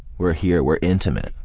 we're here, we're intimate.